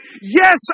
yes